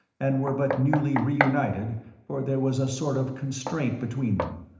and were but newly reunited for there was a sort of constraint between them,